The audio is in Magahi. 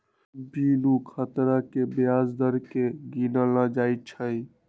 बिनु खतरा के ब्याज दर केँ गिनल न जाइ छइ